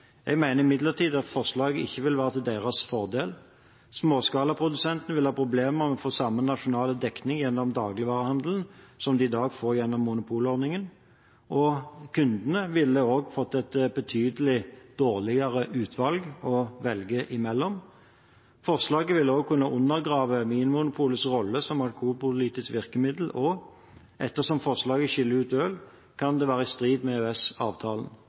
Jeg mener imidlertid at forslaget ikke vil være til deres fordel. Småskalaprodusentene vil ha problemer med å få samme nasjonale dekning gjennom dagligvarehandelen som de i dag får gjennom monopolordningen. Kundene ville også fått et betydelig dårligere utvalg å velge fra. Forslaget vil også kunne undergrave Vinmonopolets rolle som alkoholpolitisk virkemiddel, og ettersom forslaget skiller ut øl, kan det være i strid med